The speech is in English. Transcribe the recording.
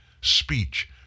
speech